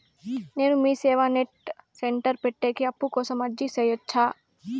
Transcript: నేను MeeSeva net centre పెట్టేకి అప్పు కోసం అర్జీ సేయొచ్చా?